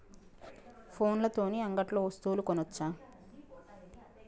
ఫోన్ల తోని అంగట్లో వస్తువులు కొనచ్చా?